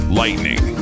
lightning